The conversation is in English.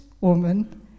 woman